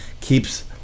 keeps